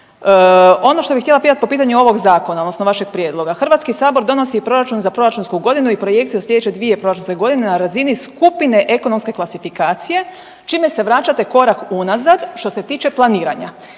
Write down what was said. Ono što bih htjela pitati po pitanju ovog zakona odnosno vašeg prijedloga. Hrvatski sabor donosi proračun za proračunsku godinu i projekcije za slijedeće 2 proračunske godine na razini skupine ekonomske klasifikacije čime se vraćate korak unazad što se tiče planiranja.